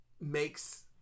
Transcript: makes